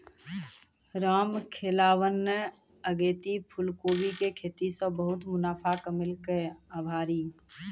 रामखेलावन न अगेती फूलकोबी के खेती सॅ बहुत मुनाफा कमैलकै आभरी